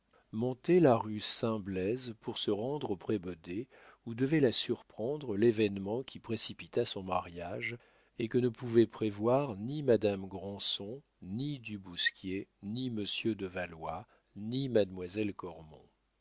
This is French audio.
la rue saint blaise pour se rendre au prébaudet où devait la surprendre l'événement qui précipita son mariage et que ne pouvaient prévoir ni madame granson ni du bousquier ni monsieur de valois ni